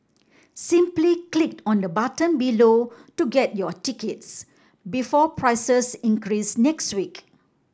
simply click on the button below to get your tickets before prices increase next week